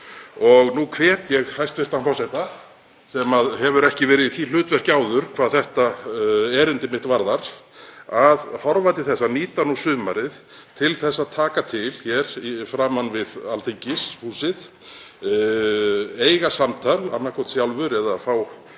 og nú hvet ég hæstv. forseta, sem hefur ekki verið í því hlutverki áður hvað þetta erindi mitt varðar, að horfa til þess að nýta sumarið til að taka til hér framan við Alþingishúsið, að eiga samtal, annaðhvort sjálfur eða fá